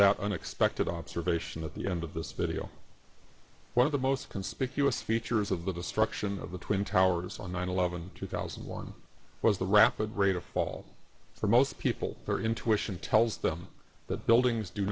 that unexpected observation at the end of this video one of the most conspicuous features of the destruction of the twin towers on nine eleven two thousand and one was the rapid rate of fall for most people her intuition tells them that buildings do